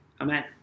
Amen